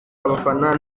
abafana